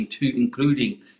including